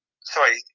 sorry